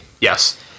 Yes